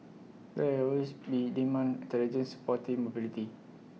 there will always be demand intelligent sporty mobility